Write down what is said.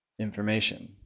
information